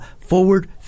Forward